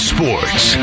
Sports